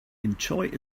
enjoy